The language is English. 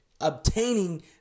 obtaining